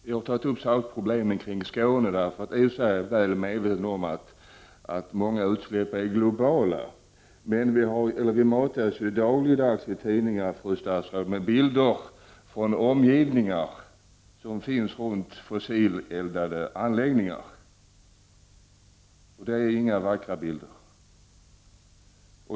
Jag har tagit upp problemen i Skåne, även om jag är väl medveten om att många av utsläppen är globala. Vi matas ju dagligdags i tidningar, fru statsråd, med bilder från omgivningar runt fossilt eldade anläggningar. Det är inga vackra bilder.